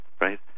right